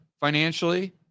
financially